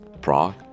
Prague